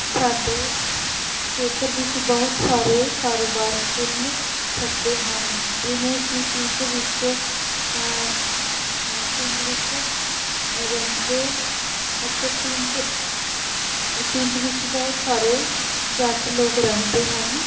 ਸਾਡੇ ਖੇਤਰ ਵਿੱਚ ਬਹੁਤ ਸਾਰੇ ਕਾਰੋਬਾਰ ਖੁੱਲ੍ਹ ਸਕਦੇ ਹਨ ਜਿਵੇਂ ਕਿ ਪਿੰਡ ਵਿੱਚ ਪਿੰਡ ਵਿੱਚ ਰਹਿੰਦੇ ਅਤੇ ਪਿੰਡ ਪਿੰਡ ਵਿੱਚ ਬਹੁਤ ਸਾਰੇ ਜੱਟ ਲੋਕ ਰਹਿੰਦੇ ਹਨ